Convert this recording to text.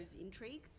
intrigue